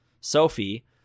Sophie